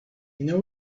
know